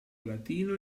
latino